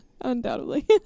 undoubtedly